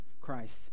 Christ